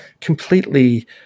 completely